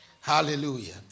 Hallelujah